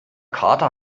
kater